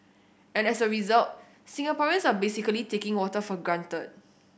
and as a result Singaporeans are basically taking water for granted